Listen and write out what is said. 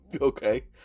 Okay